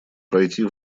пройти